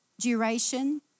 duration